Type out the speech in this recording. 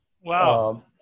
Wow